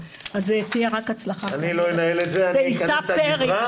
זו תהיה רק הצלחה ויישא פרי,